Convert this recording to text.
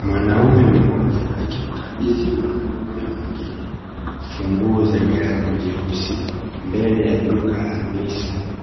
Mwanaume mmoja akimkabidhi mwanaume mwingine funguo za gari jeusi, mbele ya duka la Nissan.